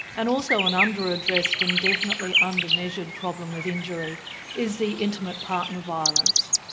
and also an under-addressed and definitely under-measured problem with injury is the intimate partner violence.